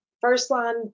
first-line